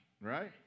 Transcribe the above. right